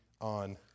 on